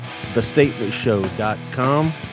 thestatementshow.com